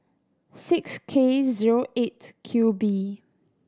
six K zero Eight Q B